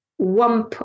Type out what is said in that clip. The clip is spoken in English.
one